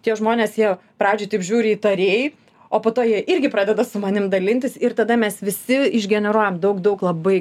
tie žmonės jie pradžioj taip žiūri įtariai o po to jie irgi pradeda su manim dalintis ir tada mes visi išgeneruojam daug daug labai